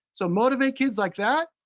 so motivate kids like that.